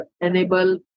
enable